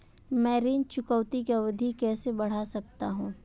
मैं ऋण चुकौती की अवधि कैसे बढ़ा सकता हूं?